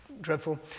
dreadful